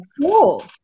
Cool